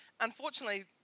unfortunately